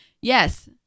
yes